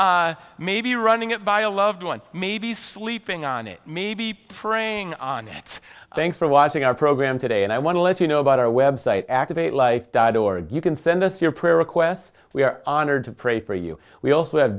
maybe running it by a loved one maybe sleeping on it maybe praying on it thanks for watching our program today and i want to let you know about our web site activate life dot org you can send us your prayer requests we are honored to pray for you we also have